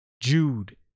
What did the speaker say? Jude